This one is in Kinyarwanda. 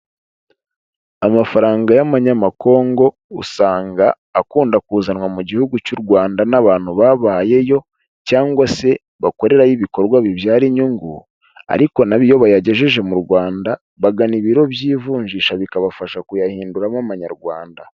Amafaranga y'amanyamakongo usanga akunda kuzanwa mu gihugu cy'u Rwanda n'abantu babayeyo cyangwa se bakorerara yo ibikorwa bibyara inyungu, ariko nayo iyo bayagejeje mu Rwanda bagana ibiro by'ivunjisha bikabafasha kuyahinduramo amanyarwanda.